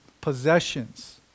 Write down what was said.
possessions